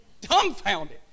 Dumbfounded